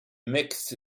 meix